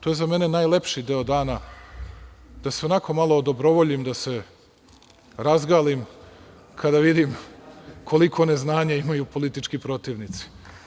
To je za mene najlepši deo dana da se onako malo odobrovoljim, da se razgalim kada vidim koliko neznanje imaju politički protivnici.